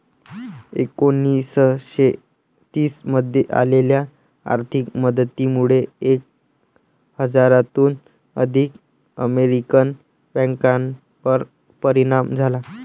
एकोणीसशे तीस मध्ये आलेल्या आर्थिक मंदीमुळे एक हजाराहून अधिक अमेरिकन बँकांवर परिणाम झाला